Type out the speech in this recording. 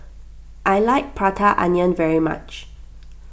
I like Prata Onion very much